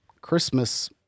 Christmas